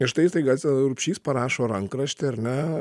ir štai staiga rupšys parašo rankraštį ar ne